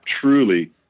truly